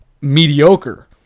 mediocre